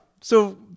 so-